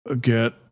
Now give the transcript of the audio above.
get